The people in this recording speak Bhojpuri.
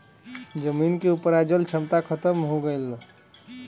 जमीन के उपराजल क्षमता खतम होए लगल